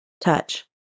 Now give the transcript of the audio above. touch